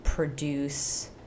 produce